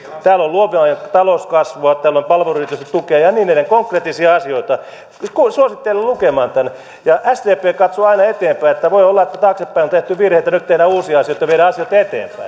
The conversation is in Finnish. täällä on luovien alojen talouskasvua täällä on palveluyritysten tukea ja ja niin edelleen konkreettisia asioita suosittelen lukemaan tämän sdp katsoo aina eteenpäin voi olla että taaksepäin katsoen on tehty virheitä mutta nyt tehdään uusia asioita ja viedään asioita eteenpäin